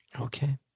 Okay